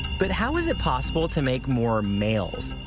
but how is it possible to make more males?